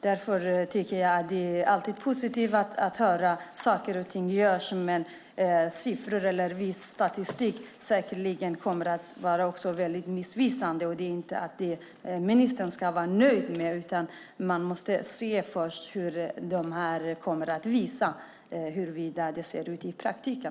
Det är alltid positivt att höra att saker och ting görs, men siffror och viss statistik kommer säkerligen att vara missvisande. Ministern får inte vara nöjd, utan han måste se hur siffrorna ser ut i praktiken.